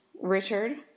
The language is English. Richard